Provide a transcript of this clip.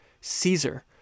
Caesar